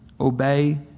obey